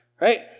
Right